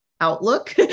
Outlook